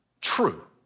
true